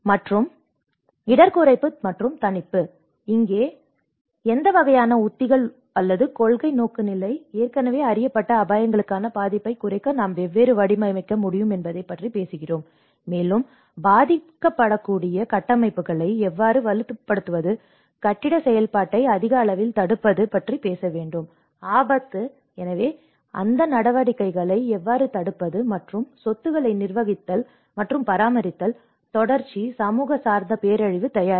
மற்றும் இடர் குறைப்பு மற்றும் தணிப்பு இங்கே எந்த வகையான உத்திகள் அல்லது கொள்கை நோக்குநிலை ஏற்கனவே அறியப்பட்ட அபாயங்களுக்கான பாதிப்பைக் குறைக்க நாம் எவ்வாறு வடிவமைக்க முடியும் என்பதைப் பற்றி பேசுகிறோம் மேலும் பாதிக்கப்படக்கூடிய கட்டமைப்புகளை எவ்வாறு வலுப்படுத்துவது கட்டிட செயல்பாட்டை அதிக அளவில் தடுப்பது பற்றி பேச வேண்டும் ஆபத்து எனவே அந்த நடவடிக்கைகளை எவ்வாறு தடுப்பது மற்றும் சொத்துக்களை நிர்வகித்தல் மற்றும் பராமரித்தல் தொடர்ச்சி சமூகம் சார்ந்த பேரழிவு தயாரிப்பு